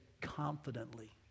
confidently